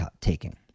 taking